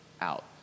out